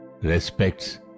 respects